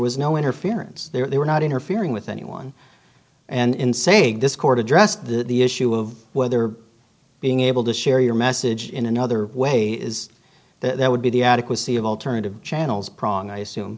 was no interference there they were not interfering with anyone and in saying this court addressed the issue of whether being able to share your message in another way is that there would be the adequacy of alternative channels prong i assume